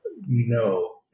No